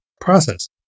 process